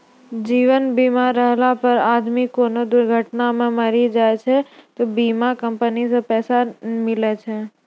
जीवन बीमा रहला पर आदमी कोनो दुर्घटना मे मरी जाय छै त बीमा कम्पनी से पैसा मिले छै